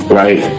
right